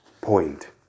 point